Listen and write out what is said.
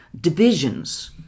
divisions